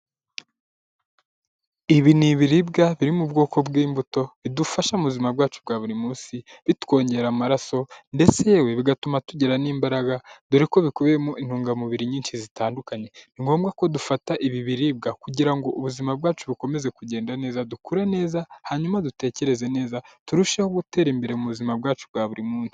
Ibi ni ibiribwa biri mu bwoko bw'imbuto bidufasha mu buzima bwacu bwa buri munsi, bitwongerera amaraso ndetse yewe bigatuma tugira n'imbaraga dore ko bikubiyemo intungamubiri zitandukanye. Ni ngombwa ko dufata ibi biribwa kugira ngo ubuzima bwacu bukomeze kugenda neza, dukure neza hanyuma dutekereze neza, turusheho gutera imbere mu buzima bwacu bwa buri munsi.